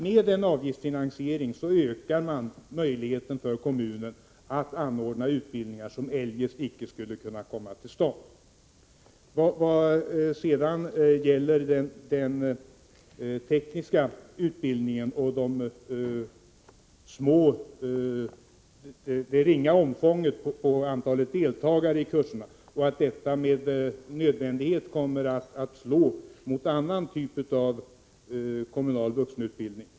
Med en avgiftsfinansiering, menar vi, ökar man då möjligheten för kommunen att anordna utbildningar som eljest icke skulle kunna komma till stånd. Här har talats om den tekniska utbildningen och det ringa antalet deltagare i kurserna, och det har hävdats att detta med nödvändighet kommer att slå mot andra typer av kommunal vuxenutbildning.